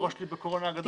הראש שלי בקורונה הגדול.